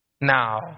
now